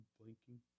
Blinking